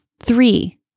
three